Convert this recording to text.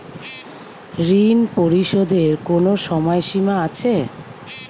ঋণ পরিশোধের কোনো সময় সীমা আছে?